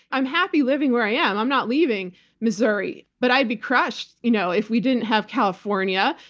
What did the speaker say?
i'm happy living where i am. i'm not leaving missouri, but i'd be crushed you know if we didn't have california,